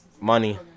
money